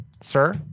sir